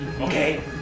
Okay